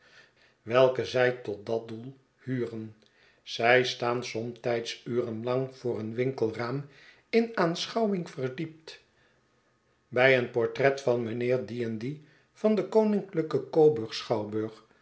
welke zij tot dat doel huren zij staan somtijds uren lang voor een winkelraam in aanschouwing verdiept bij een portret van meneer dieendie van den koninklijken